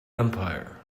empire